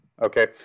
Okay